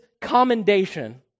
commendation